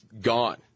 gone